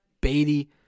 Beatty